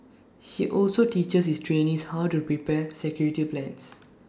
he also teaches his trainees how to prepare security plans